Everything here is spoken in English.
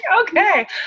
Okay